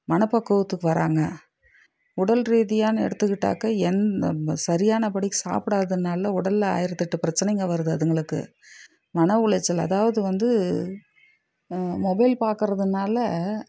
மன பக்குவத்துக்கு வராங்க உடல் ரீதியான்னு எடுத்துக்கிட்டாக்கா எந் சரியான படி சாப்பிடாததுனால உடலில் ஆயிரத்தெட்டு பிரச்சினைங்க வருது அதுங்களுக்கு மன உளைச்சல் அதாவது வந்து மொபைல் பார்க்கறதுனால